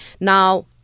Now